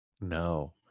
No